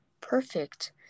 perfect